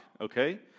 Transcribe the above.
okay